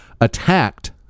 attacked